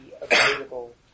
available